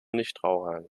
nichtrauchern